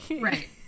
Right